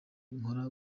nkora